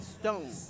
Stone